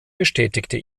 bestätigte